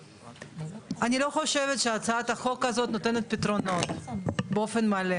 אני לא חושבת שהצעת החוק הזאת נותנת פתרונות באופן מלא.